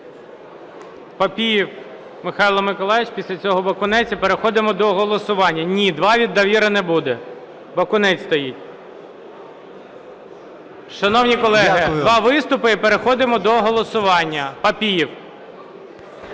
Папієв Михайло Миколайович. Після цього - Бакунець і переходимо до голосування. Ні, два - від "Довіри" не буде, Бакунець стоїть. Шановні колеги, два виступи - і переходимо до голосування. Папієв.